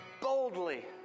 boldly